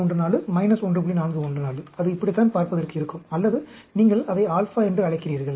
414 அது இப்படித்தான் பார்ப்பதற்கு இருக்கும் அல்லது நீங்கள் அதை α என்று அழைக்கிறீர்கள்